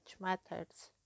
methods